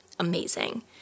Amazing